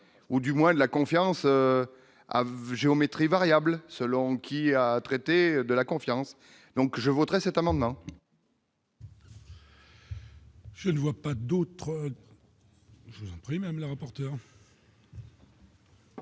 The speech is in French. ou du moins de la confiance aveugle géométrie variable selon qu'il a traité de la confiance, donc je voterai cet amendement.